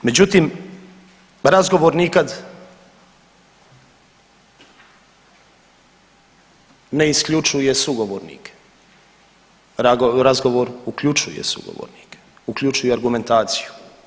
Međutim, razgovor nikad ne isključuje sugovornike, razgovor uključuje sugovornike, uključuje argumentaciju.